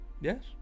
Yes